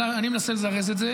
אני מנסה לזרז את זה.